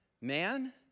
man